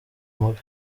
mubi